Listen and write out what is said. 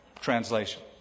translation